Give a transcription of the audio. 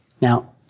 Now